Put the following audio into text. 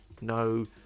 No